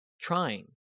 trying